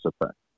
effect